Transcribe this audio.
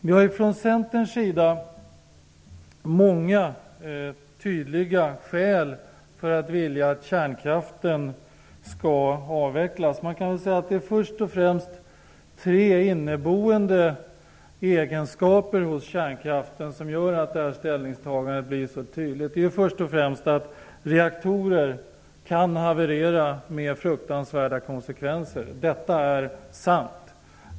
Vi har från Centerns sida många tydliga skäl för att vilja att kärnkraften skall avvecklas. Man kan väl säga att det är först och främst tre inneboende egenskaper hos kärnkraften som gör att ställningstagandet blir så tydligt. För det första kan reaktorer haverera, med fruktansvärda konsekvenser. Detta är sant.